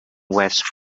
west